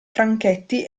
franchetti